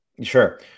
Sure